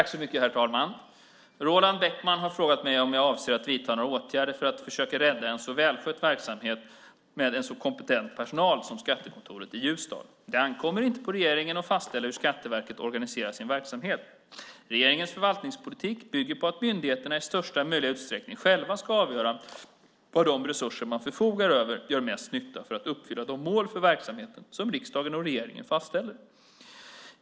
Herr talman! Roland Bäckman har frågat mig om jag avser att vidta några åtgärder för att försöka rädda en så välskött verksamhet med en så kompetent personal som skattekontoret i Ljusdal. Det ankommer inte på regeringen att fastställa hur Skatteverket organiserar sin verksamhet. Regeringens förvaltningspolitik bygger på att myndigheterna i största möjliga utsträckning själva ska avgöra var de resurser man förfogar över gör mest nytta för att uppfylla de mål för verksamheten som riksdagen och regeringen fastställer.